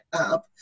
up